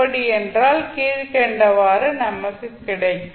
அப்படி என்றால் கீழ்க்கண்டவாறு நமக்கு கிடைக்கும்